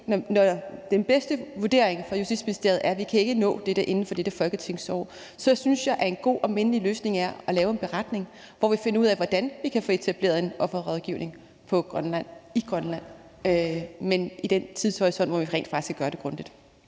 når den bedste vurdering fra Justitsministeriet er, at vi ikke kan nå det inden for dette folketingsår, så synes jeg, at en god og mindelig løsning er at lave en beretning, hvor vi finder ud af, hvordan vi kan få etableret en offerrådgivning i Grønland inden for en tidshorisont, hvor vi rent faktisk kan gøre det grundigt.